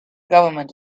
government